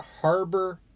Harbor